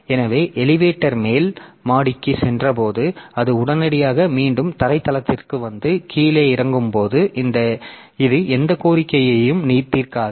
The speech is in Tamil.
எனவே எளிவேட்டர் மேல் மாடிக்குச் சென்றது போல அது உடனடியாக மீண்டும் தரை தளத்திற்கு வந்து கீழே இறங்கும் போது இது எந்த கோரிக்கையையும் தீர்க்காது